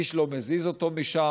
איש לא מזיז אותו משם,